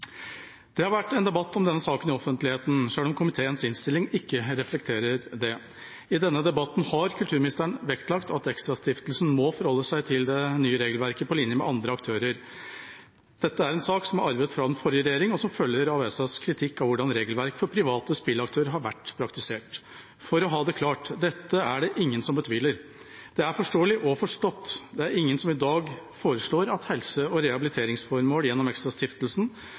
Det har vært en debatt om denne saken i offentligheten, selv om komiteens innstilling ikke reflekterer det. I denne debatten har kulturministeren vektlagt at ExtraStiftelsen må forholde seg til det nye regelverket, på linje med andre aktører. Dette er en sak som er arvet fra den forrige regjeringa, og som følger av ESAs kritikk av hvordan regelverk for private spillaktører har vært praktisert. For å ha det klart: Dette er det ingen som betviler. Det er forståelig og forstått. Det er ingen som i dag foreslår at helse- og rehabiliteringsformål gjennom